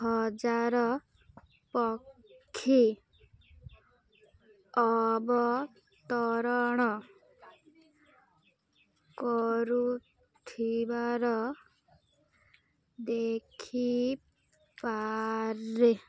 ହଜାର ପକ୍ଷୀ ଅବତରଣ କରୁଥିବାର ଦେଖିପାରେ